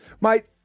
mate